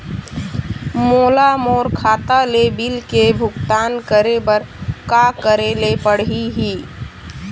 मोला मोर खाता ले बिल के भुगतान करे बर का करेले पड़ही ही?